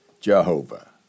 Jehovah